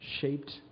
shaped